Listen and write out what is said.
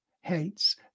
hates